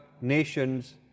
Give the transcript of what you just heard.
nation's